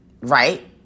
right